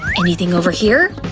anything over here?